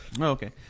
Okay